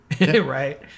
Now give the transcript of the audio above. right